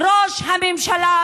זה ראש הממשלה,